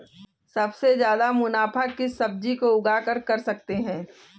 सबसे ज्यादा मुनाफा किस सब्जी को उगाकर कर सकते हैं?